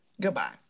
goodbye